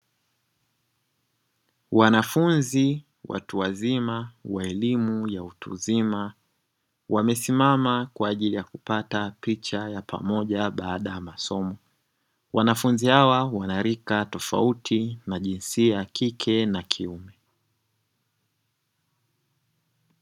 Wanafunzi watuwazima wa elimu ya utu uzima wamesimama kwa ajili ya kupata picha ya pamoja baada ya masomo, wanafunzi hawa wanarika tofauti na jinsia ya kike na kiume.